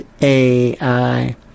AI